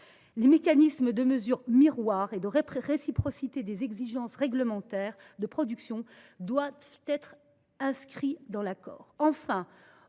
Les mécanismes de mesures miroirs et de réciprocité des exigences réglementaires de production doivent être inscrits dans l’accord.